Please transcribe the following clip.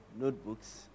Notebooks